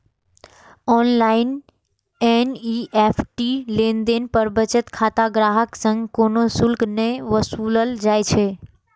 online NEFT लेनदेन पर बचत खाता ग्राहक सं कोनो शुल्क नै वसूलल जाइ छै